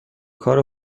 کار